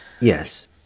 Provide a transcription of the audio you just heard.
yes